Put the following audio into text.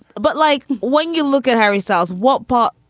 but like when you look at hairy cells, what ball?